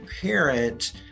parent